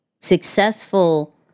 successful